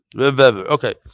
Okay